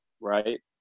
right